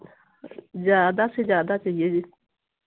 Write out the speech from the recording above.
ज़्यादा से ज़्यादा चाहिए जी